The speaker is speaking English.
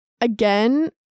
again